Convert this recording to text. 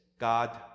god